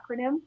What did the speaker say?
acronym